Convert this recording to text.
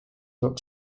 look